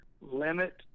limit